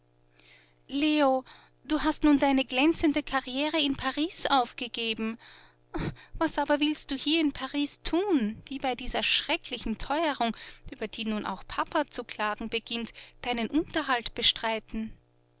leo du hast nun deine glänzende karriere in paris aufgegeben was aber willst du hier in wien tun wie bei dieser schrecklichen teuerung über die nun auch papa zu klagen beginnt deinen unterhalt bestreiten